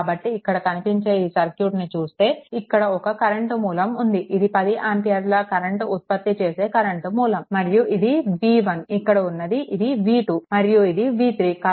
కాబట్టి ఇక్కడ కనిపించే ఈ సర్క్యూట్ని చూస్తే ఇక్కడ ఒక కరెంట్ మూలం ఉంది ఇది 10 ఆంపియర్ల కరెంట్ ఉత్పత్తి చేసి కరెంట్ మూలం మరియు ఇది v1 ఇక్కడ ఇది v2 మరియు ఇది v3